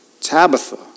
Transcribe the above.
Tabitha